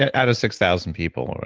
out of six thousand people, right?